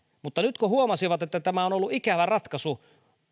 mutta kun huomasivat että tämä on on ollut ikävä ratkaisu